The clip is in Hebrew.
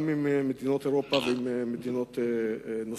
עם מדינות אירופה ועם מדינות נוספות.